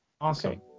Awesome